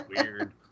Weird